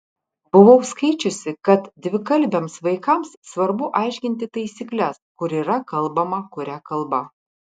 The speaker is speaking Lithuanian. buvau skaičiusi kad dvikalbiams vaikams svarbu aiškinti taisykles kur yra kalbama kuria kalba